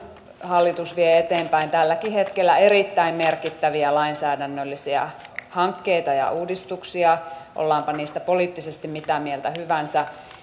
hallitus vie eteenpäin tälläkin hetkellä erittäin merkittäviä lainsäädännöllisiä hankkeita ja uudistuksia ollaanpa niistä poliittisesti mitä mieltä hyvänsä niin